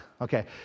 Okay